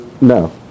no